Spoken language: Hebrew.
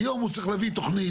היום הוא צריך להביא תוכנית,